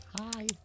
hi